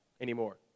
anymore